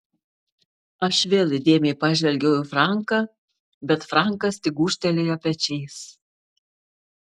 aš vėl įdėmiai pažvelgiau į franką bet frankas tik gūžtelėjo pečiais